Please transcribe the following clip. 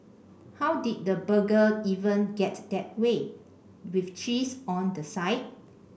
how did the burger even get that way with cheese on the side